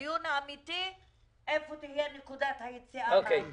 הדיון האמיתי הוא איפה תהיה נקודת היציאה מן הקואליציה,